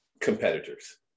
competitors